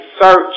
search